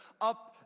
up